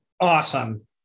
Awesome